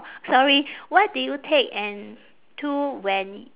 sorry what do you take and to when